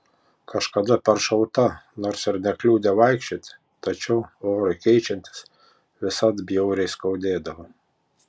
kažkada peršauta nors ir nekliudė vaikščioti tačiau orui keičiantis visad bjauriai skaudėdavo